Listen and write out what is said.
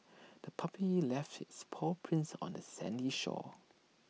the puppy left its paw prints on the sandy shore